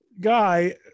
guy